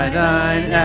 thine